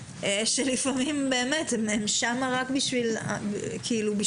שלפעמים באמת הם שם רק בשביל הספורט.